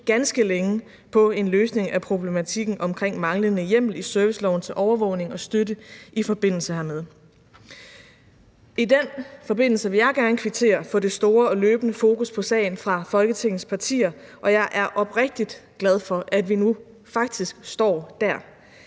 ganske længe på en løsning af problematikken omkring manglende hjemmel i serviceloven til overvågning og støtte i forbindelse hermed. I den forbindelse vil jeg gerne kvittere for det store og løbende fokus på sagen fra Folketingets partier, og jeg er oprigtig glad for, at vi nu faktisk står der